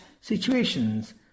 situations